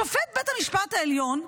שופט בית משפט העליון,